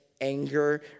anger